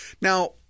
Now